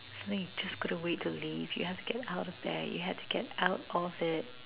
something you just couldn't wait to leave you have to get out of there you had to get out of it